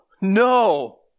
no